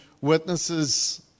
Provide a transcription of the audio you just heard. witnesses